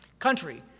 Country